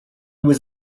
was